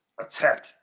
attack